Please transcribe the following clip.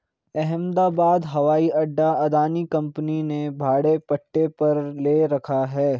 अहमदाबाद हवाई अड्डा अदानी कंपनी ने भाड़े पट्टे पर ले रखा है